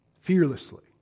Fearlessly